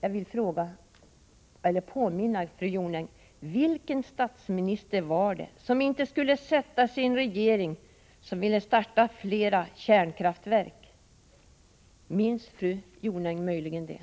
Jag vill påminna fru Jonäng: Vilken statsminister var det som inte skulle sätta sig i en regering som ville starta fler kärnkraftverk? Minns möjligen fru Jonäng det?